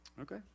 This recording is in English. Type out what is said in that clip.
Okay